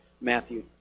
Matthew